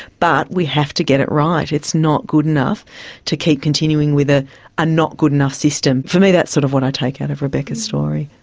but we have to get it right. it's not good enough to keep continuing with a ah not good enough system. for me that's sort of what i take out of rebecca's story.